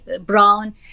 brown